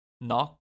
Knock